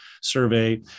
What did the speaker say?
survey